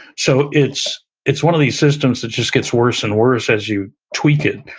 so it's it's one of these systems that just gets worse and worse as you tweak it,